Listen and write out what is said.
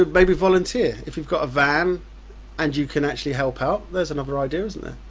ah maybe volunteer if you've got a van and you can actually help out, there's another idea isn't there.